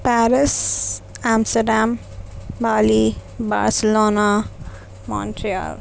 Paris Amsterdam Bali Barcelona Montreal